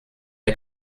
der